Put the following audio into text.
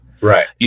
Right